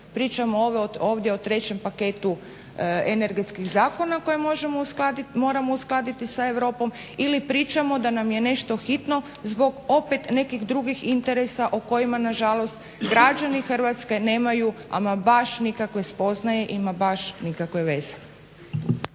pričamo ovdje o trećem paketu energetskih zakona koje moramo uskladiti sa Europom ili pričamo da nam je nešto hitno zbog opet nekih drugih interesa o kojima na žalost građani Hrvatske nemaju ama baš nikakve spoznaje i ama baš nikakve veze.